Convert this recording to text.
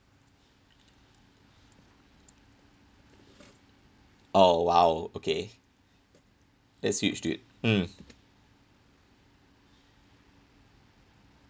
oh !wow! okay that's huge dude mm